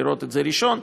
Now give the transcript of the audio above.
לראות את זה ראשון,